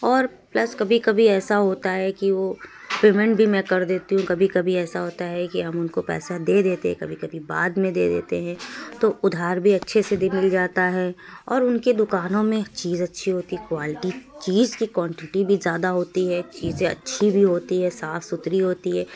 اور پلس کبھی کبھی ایسا ہوتا ہے کہ وہ پیمینٹ بھی میں کر دیتی ہوں کبھی کبھی ایسا ہوتا ہے کہ ہم ان کو پیسا دے دیتے ہیں کبھی کبھی بعد میں دے دیتے ہیں تو ادھار بھی اچھے سے مل جاتا ہے اور ان کی دکانوں میں چیز اچھی ہوتی ہے کوالیٹی چیز کو کوانٹیٹی بھی زیادہ ہوتی ہے چیزیں اچھی بھی ہوتی ہیں صاف ستھری ہوتی ہے